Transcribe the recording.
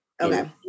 Okay